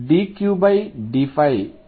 ఇది idQdϕλ